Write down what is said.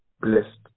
blessed